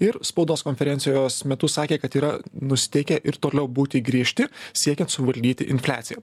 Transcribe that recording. ir spaudos konferencijos metu sakė kad yra nusiteikę ir toliau būti griežti siekiant suvaldyti infliaciją